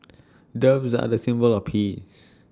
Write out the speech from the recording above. doves are A symbol of peace